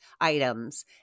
items